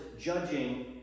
judging